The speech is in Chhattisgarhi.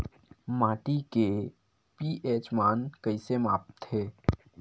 माटी के पी.एच मान कइसे मापथे?